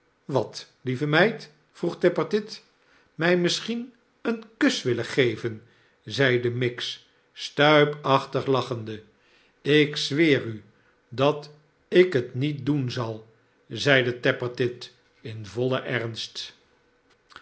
wat lieve meid vroeg tappertit mij misschien een kus willen geven zeide miggs stuipachtig lachende ik weer u dat ik het niet doen zal zeide tappertit in vollen ernst